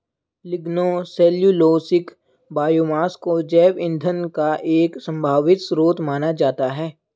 lignocellulosic biomass को जैव ईंधन का एक संभावित स्रोत माना जाता है